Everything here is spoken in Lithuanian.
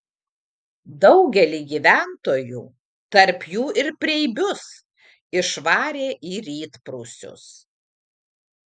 daugelį gyventojų tarp jų ir preibius išvarė į rytprūsius